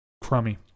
crummy